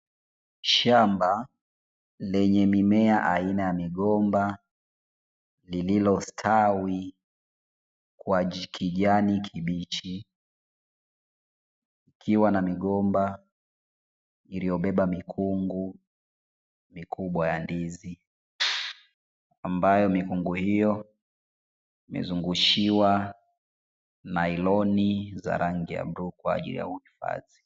Shamba lenye mimea aina ya migomba lililostawi kwa kijani kibichi, ikiwa na migomba iliyobeba mikungu mikubwa ya ndizi, ambayo mikungu hiyo imezungushiwa na nailoni za rangi ya bluu kwa ajili ya kuhifadhi.